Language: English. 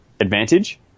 advantage